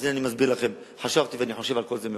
אז אני חשבתי ואני חושב על כל זה מראש.